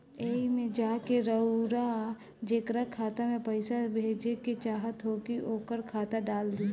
एईमे जा के रउआ जेकरा खाता मे पईसा भेजेके चाहत होखी ओकर खाता डाल दीं